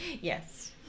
Yes